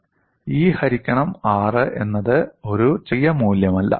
E ഹരിക്കണം 6 എന്നത് ഒരു ചെറിയ മൂല്യമല്ല